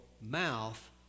mouth